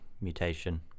mutation